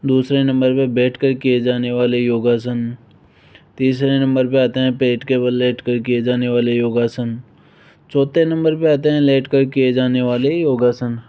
दूसरे नंबर पर बैठ करके किए जाने वाले योग आसन तीसरे नंबर पर आते है पेट के बल लेटकर किए जाने वाले योग आसन चौथे नंबर पर आते है लेटकर किए जाने वाले योग आसन